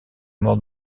mort